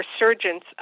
resurgence